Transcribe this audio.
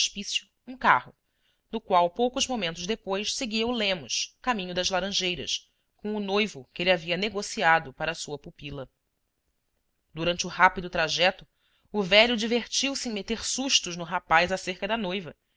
hospício um carro no qual poucos momentos depois seguia o lemos caminho das laranjeiras com o noivo que ele havia negociado para sua pu pila durante o rápido trajeto o velho divertiu-se em meter sustos no rapaz acerca da noiva